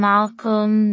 Malcolm